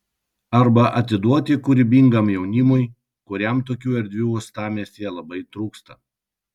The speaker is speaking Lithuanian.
arba atiduoti kūrybingam jaunimui kuriam tokių erdvių uostamiestyje labai trūksta